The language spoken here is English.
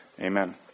Amen